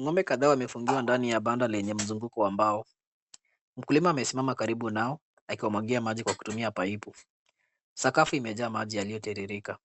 Ng'ombe kadha wamefungiwa ndani ya banda lenye mzunguko wa mbao, mkulima amesimama karibu nao akiwamwagia maji kwa kutumia paipu, sakafu imejaa maji yaliyotiririka,